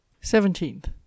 Seventeenth